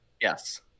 Yes